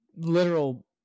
literal